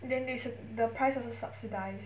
then they should the price also subsidised